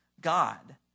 God